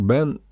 Ben